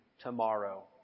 tomorrow